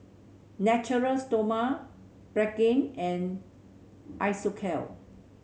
Natura Stoma Pregain and Isocal